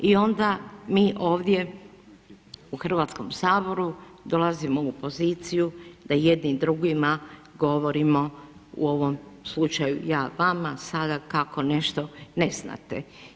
I onda mi ovdje u Hrvatskom saboru dolazimo u poziciju da jedni drugima govorimo u ovom slučaju ja vama kako nešto ne znate.